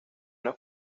una